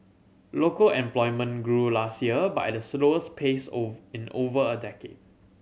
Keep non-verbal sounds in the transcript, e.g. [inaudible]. local employment grew last year but at the slowest pace [unintelligible] in over a decade